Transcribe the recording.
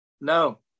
No